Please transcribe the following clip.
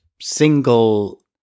single